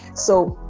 so,